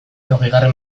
hogeigarren